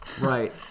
Right